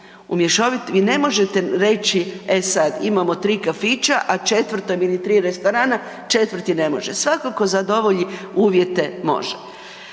vi ne možete reći, e sad imamo 3 kafića, a 4-tom ili 3 restorana, 4-ti ne može. Svatko tko zadovolji uvjete može.